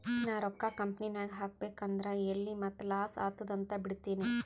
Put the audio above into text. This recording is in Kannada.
ನಾ ರೊಕ್ಕಾ ಕಂಪನಿನಾಗ್ ಹಾಕಬೇಕ್ ಅಂದುರ್ ಎಲ್ಲಿ ಮತ್ತ್ ಲಾಸ್ ಆತ್ತುದ್ ಅಂತ್ ಬಿಡ್ತೀನಿ